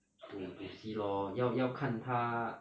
to to see lor 要要看他